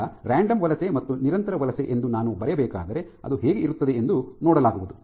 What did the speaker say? ಈಗ ರಾಂಡಮ್ ವಲಸೆ ಮತ್ತು ನಿರಂತರ ವಲಸೆ ಎಂದು ನಾನು ಬರೆಯಬೇಕಾದರೆ ಅದು ಹೇಗೆ ಇರುತ್ತದೆ ಎಂದು ನೋಡಲಾಗುವುದು